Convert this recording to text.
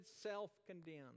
self-condemned